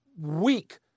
weak